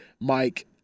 Mike